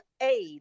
aid